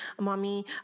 mommy